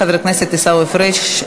חבר הכנסת עיסאווי פריג',